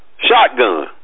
shotgun